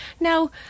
Now